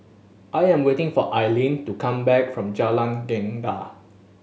I am waiting for Ailene to come back from Jalan Gendang